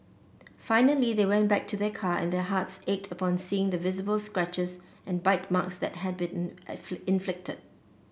finally they went back to their car and their hearts ached upon seeing the visible scratches and bite marks that had been inflicted